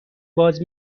باز